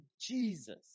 Jesus